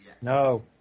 No